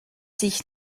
sich